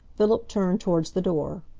philip turned towards the door.